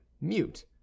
mute